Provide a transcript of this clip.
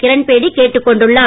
கிரண்பேடிகேட்டுக்கொண்டுள்ளார்